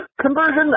conversion